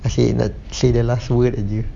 I say that say that last word at you